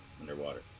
underwater